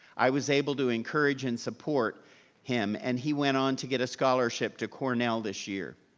i was able to encourage and support him, and he went on to get a scholarship to cornell this year.